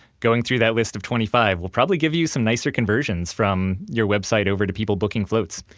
going through that list of twenty five will probably give you some nicer conversions from your website over to people booking floats.